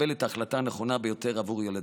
ולקבל את ההחלטה הנכונה ביותר בעבור ילדינו.